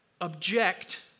object